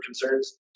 concerns